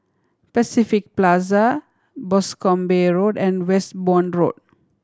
Pacific Plaza Boscombe Road and Westbourne Road